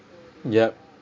yup